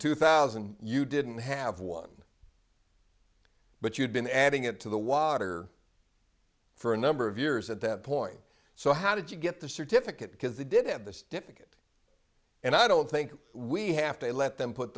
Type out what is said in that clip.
two thousand you didn't have one but you'd been adding it to the water for a number of years at that point so how did you get the certificate because they did have this difficult and i don't think we have to let them put